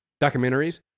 documentaries